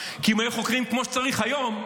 ולא חוקרים כמו שצריך היום.